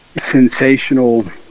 sensational